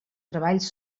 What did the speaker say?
treballs